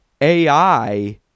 AI